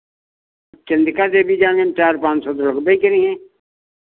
चन्दिका देवी जाने में चार पाँच सौ तो लगबै करिहें